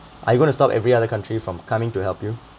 are you gonna stop every other country from coming to help you